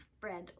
bread